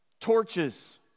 Torches